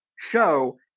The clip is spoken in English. show